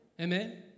Amen